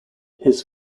his